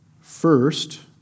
first